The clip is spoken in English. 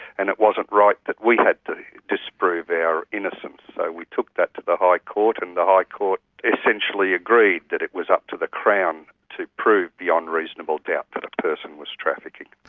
and it wasn't right that we had to disprove our innocence. so we took that to the high court, and the high court essentially agreed that it was up to the crown to prove beyond reasonable doubt that a person was trafficking.